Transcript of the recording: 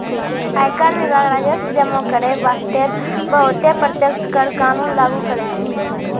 आयकर विभाग राजस्व जमा करै बासतें बहुते प्रत्यक्ष कर कानून लागु करै छै